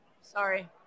Sorry